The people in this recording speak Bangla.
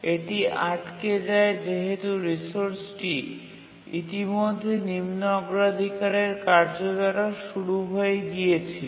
এটি আটকে যায় যেহেতু রিসোর্সটি ইতিমধ্যে নিম্ন অগ্রাধিকারের কার্য দ্বারা শুরু হয়ে গিয়েছিল